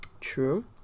true